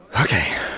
Okay